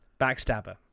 backstabber